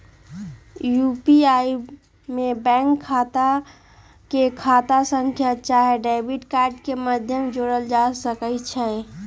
UPI में bank खता के खता संख्या चाहे डेबिट कार्ड के माध्यम से जोड़ल जा सकइ छै